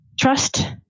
trust